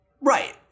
Right